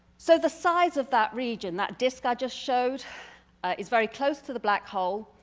so the size of that region, that disc i just showed is very close to the black hole.